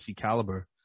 caliber